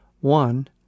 One